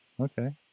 Okay